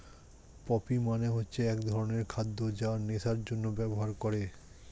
poppy মানে হচ্ছে এক ধরনের খাদ্য যা নেশার জন্যে ব্যবহার করে